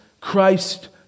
Christ